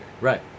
Right